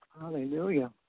Hallelujah